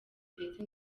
ndetse